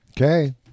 okay